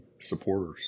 supporters